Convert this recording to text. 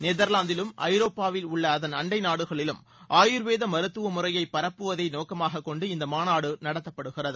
நெதர்லாந்திலும் ஐரோப்பாவில் உள்ள அதன் அண்டை நாடுகளிலும் ஆயுர்வேத மருத்துவமுறையை பரப்புவதே நோக்கமாக கொண்டு இந்த மாநாடு நடத்தப்படுகிறது